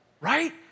right